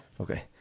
Okay